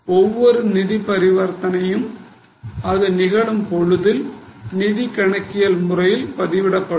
ஒவ்வொரு நிதி பரிவர்த்தனையும் அது நிகழும் போது நிதி கணக்கியல் முறையில் பதிவிடப்படும்